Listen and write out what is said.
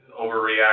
overreact